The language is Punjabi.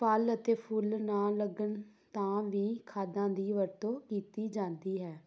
ਫਲ ਅਤੇ ਫੁੱਲ ਨਾ ਲੱਗਣ ਤਾਂ ਵੀ ਖਾਦਾਂ ਦੀ ਵਰਤੋਂ ਕੀਤੀ ਜਾਂਦੀ ਹੈ